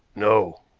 no.